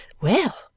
Well